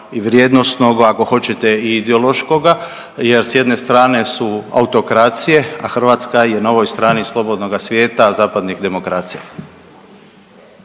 i vrijednosnog, ako hoćete i ideološkoga jer s jedne strane su autokracije, a Hrvatska je na ovoj strani slobodnoga svijeta zapadnih demokracija.